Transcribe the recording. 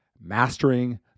mastering